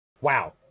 Wow